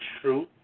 true